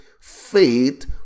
faith